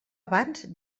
abans